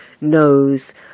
knows